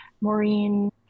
Maureen